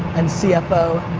and cfo,